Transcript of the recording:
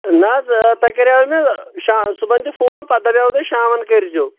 نَہ حظ تۄہہِ کَریٛاو مےٚ شا صُبحَن تہِ فون پَتہٕ دَپیو تۄہہِ شامَن کٔرۍزیو